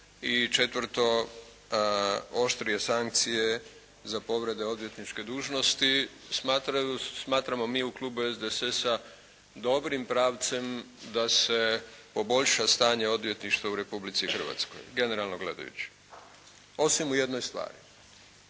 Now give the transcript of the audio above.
I četvrto, oštrije sankcije za povrede odvjetničke dužnosti, smatramo mi u klubu SDSS-a dobrim pravcem da se poboljša stanje odvjetništva u Republici Hrvatskoj, generalno gledajući, osim u jednoj stvari,